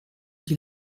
qui